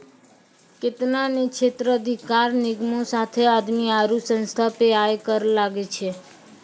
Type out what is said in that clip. केतना ने क्षेत्राधिकार निगमो साथे आदमी आरु संस्था पे आय कर लागै छै